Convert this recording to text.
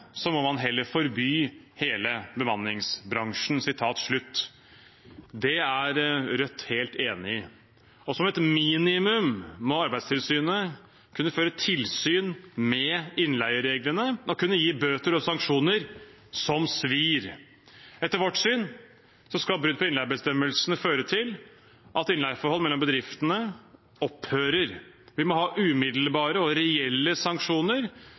så vanskelig å håndheve, må en forby hele bemanningsbransjen.» Det er Rødt helt enig i. Som et minimum må Arbeidstilsynet kunne føre tilsyn med innleiereglene og kunne gi bøter og sanksjoner som svir. Etter vårt syn skal brudd på innleiebestemmelsene føre til at innleieforhold mellom bedriftene opphører. Vi må ha umiddelbare og reelle sanksjoner